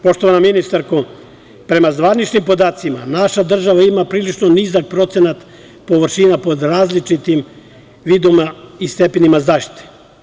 Poštovana ministarko, prema zvaničnim podacima, naša država ima prilično nizak procenat površina pod različitim vidovima i stepenima zaštite.